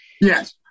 Yes